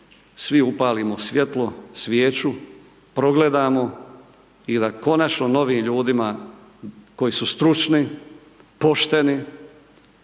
svi upalimo svjetlo, svijeću, progledamo i da konačno novim ljudima koji su stručni, pošteni